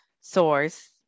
source